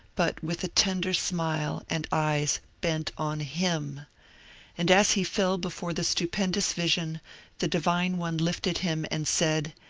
but with the tender smile and eyes bent on him and as he fell before the stu pendous vision the divine one lifted him, and said,